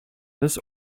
this